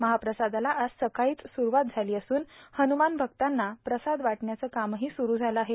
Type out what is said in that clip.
महाप्रसादाला आज सकाळीच सुरवात झाली असून हनुमानभक्तांना प्रसाद वाटण्याचं कामही सुरू झालं आहे